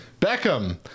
Beckham